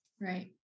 Right